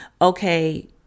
Okay